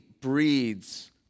breeds